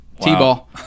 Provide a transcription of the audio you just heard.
t-ball